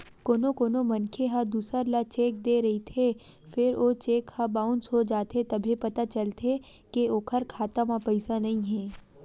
कोनो कोनो मनखे ह दूसर ल चेक दे रहिथे फेर ओ चेक ह बाउंस हो जाथे तभे पता चलथे के ओखर खाता म पइसा नइ हे